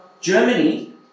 Germany